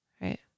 right